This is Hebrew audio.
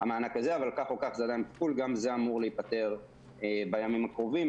גם זה אמור להיפתר בימים הקרובים.